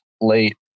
late